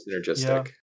synergistic